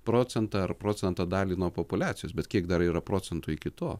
procentą ar procento dalį nuo populiacijos bet kiek dar yra procentų iki to